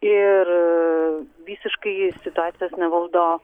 ir visiškai situacijos nevaldo